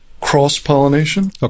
cross-pollination